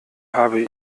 habe